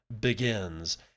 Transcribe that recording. begins